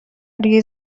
روی